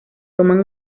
toman